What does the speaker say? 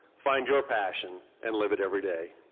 find your passion and live it everyday.